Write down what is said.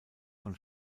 von